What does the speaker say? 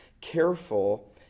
careful